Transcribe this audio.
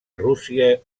rússia